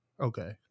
Okay